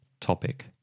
topic